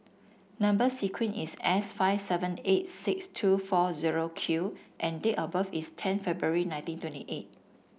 number sequence is S five seven eight six two four zero Q and date of birth is ten February nineteen twenty eight